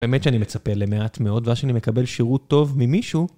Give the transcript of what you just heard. באמת שאני מצפה למעט מאוד, ואז כשאני מקבל שירות טוב ממישהו...